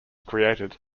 created